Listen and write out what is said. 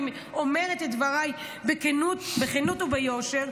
אני אומרת את דבריי בכנות וביושר,